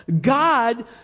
God